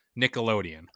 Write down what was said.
Nickelodeon